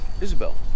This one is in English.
Isabel